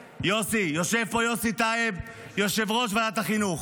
יושב פה יוסי טייב, יושב-ראש ועדת החינוך.